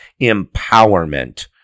Empowerment